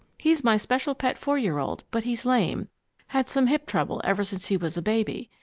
he's my special pet, four year old, but he's lame had some hip trouble ever since he was a baby.